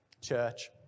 church